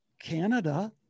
Canada